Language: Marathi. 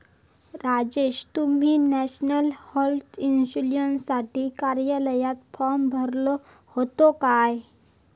राजेश, तुम्ही नॅशनल हेल्थ इन्शुरन्ससाठी कार्यालयात फॉर्म भरलो होतो काय?